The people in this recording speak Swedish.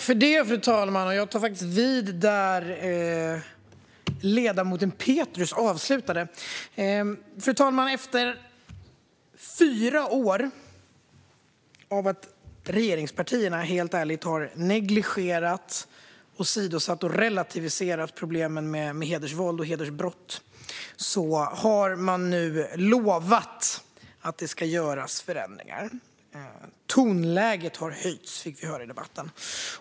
Fru talman! Jag tar vid där ledamoten Pethrus avslutade. Fru talman! Efter fyra år av att regeringspartierna har negligerat, åsidosatt och relativiserat problemen med hedersvåld och hedersbrott har man nu lovat att det ska göras förändringar. Tonläget har höjts, fick vi höra i debatten.